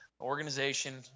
organization